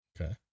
Okay